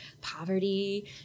poverty